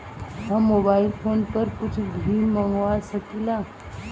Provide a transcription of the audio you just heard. हम mobile phone पर कुछ भी मंगवा सकिला?